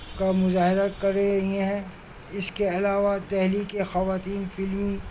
کا مظاہرہ کر رہی ہیں اس کے علاوہ دہلی کے خواتین فلمی